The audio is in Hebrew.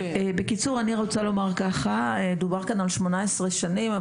דובר כאן על 18 שנים,